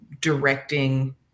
directing